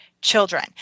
children